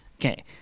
Okay